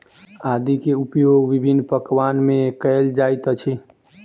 आदी के उपयोग विभिन्न पकवान में कएल जाइत अछि